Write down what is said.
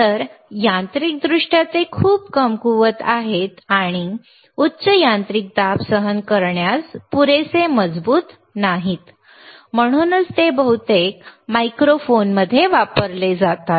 तर यांत्रिकदृष्ट्या ते खूप कमकुवत आहेत आणि उच्च यांत्रिक दाब सहन करण्यास पुरेसे मजबूत नाहीत म्हणूनच ते बहुतेक मायक्रोफोनमध्ये वापरले जातात